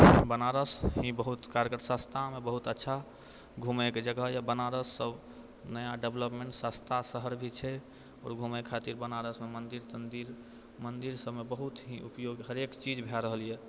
बनारस ही बहुत कारगर सस्तामे बहुत अच्छा घुमैके जगह यऽ बनारस सबमे नया डेवलपमेन्ट सस्ता शहर भी छै आओर घुमै खातिर बनारसमे मन्दिर तन्दिर मन्दिर सबमे बहुत ही उपयोग हरेक चीज भए रहल यऽ